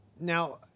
now